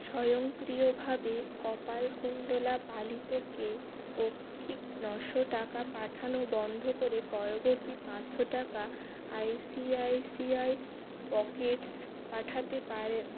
স্বয়ংক্রিয়ভাবে কপালকুণ্ডলা পালিতকে পাক্ষিক নশো টাকা পাঠানো বন্ধ করে পরবর্তী পাঁসশো টাকা আইসিআইসিআই পকেটস পাঠাতে পারেন